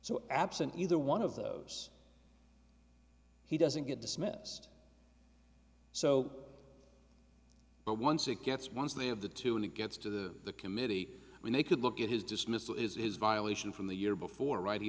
so absent either one of those he doesn't get dismissed so but once it gets once they have the two when it gets to the committee when they could look at his dismissal is violation from the year before right